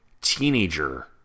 teenager